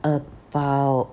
about